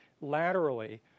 laterally